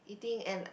eating and